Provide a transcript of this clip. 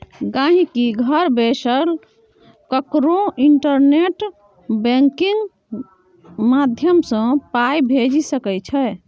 गांहिकी घर बैसल ककरो इंटरनेट बैंकिंग माध्यमसँ पाइ भेजि सकै छै